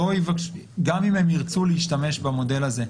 גם אם הם ירצו להשתמש במודל הזה,